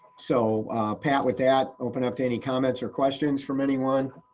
so pat with that open up to any comments or questions from anyone